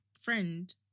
Friend